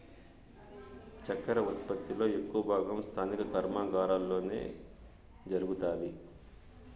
చక్కర ఉత్పత్తి లో ఎక్కువ భాగం స్థానిక కర్మాగారాలలోనే జరుగుతాది